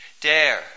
dare